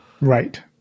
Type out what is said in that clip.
Right